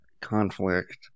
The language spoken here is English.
conflict